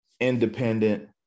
independent